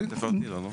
תפרטי לו, נו.